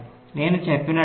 నేను చెప్పినట్లుగా